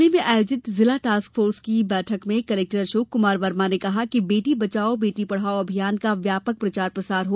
जिले में आयोजित जिला टास्क फोर्स की बैठक में कलेक्टर अशोक कुमार वर्मा ने कहा कि बेटी बचाओ बेटी पढ़ाओ अभियान का व्यापक प्रचार प्रसार हो